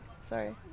Sorry